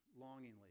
longingly